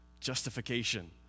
Justification